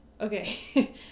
Okay